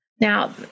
now